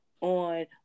on